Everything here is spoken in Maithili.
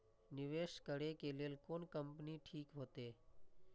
निवेश करे के लेल कोन कंपनी ठीक होते?